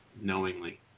knowingly